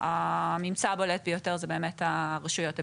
והממצא הבולט ביותר זה באמת הרשויות הבדואיות.